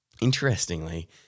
Interestingly